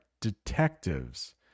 detectives